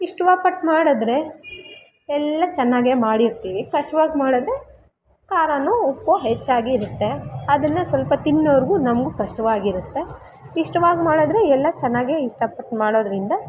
ಇಷ್ಟ್ವಾಪಟ್ಟು ಮಾಡಿದ್ರೆ ಎಲ್ಲ ಚೆನ್ನಾಗೆ ಮಾಡಿರ್ತಿವಿ ಕಷ್ಟ್ವಾಗಿ ಮಾಡಿದ್ರೆ ಖಾರನೋ ಉಪ್ಪೋ ಹೆಚ್ಚಾಗಿರುತ್ತೆ ಅದನ್ನು ಸ್ವಲ್ಪ ತಿನ್ನೋರಿಗೂ ನಮಗೂ ಕಷ್ಟವಾಗಿರುತ್ತೆ ಇಷ್ಟವಾಗಿ ಮಾಡಿದ್ರೆ ಎಲ್ಲ ಚೆನ್ನಾಗೆ ಇಷ್ಟಪಟ್ಟು ಮಾಡೋದ್ರಿಂದ